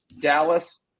Dallas